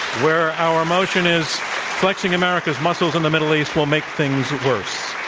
where our motion is flexing america's muscles in the middle east will make things worse.